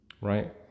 right